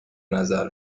نظر